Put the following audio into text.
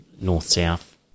north-south